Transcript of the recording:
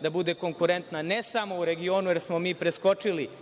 da bude konkurentna ne samo u regionu, jer smo mi preskočili